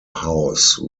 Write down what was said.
house